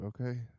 okay